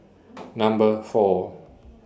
Number four